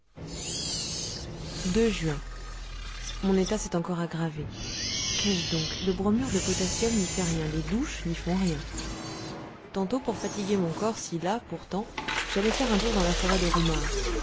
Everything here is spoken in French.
juin mon état s'est encore aggravé qu'ai-je donc le bromure n'y fait rien les douches n'y font rien tantôt pour fatiguer mon corps si las pourtant j'allai faire un tour dans la forêt de roumare